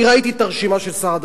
אני ראיתי את הרשימה של שר הדתות,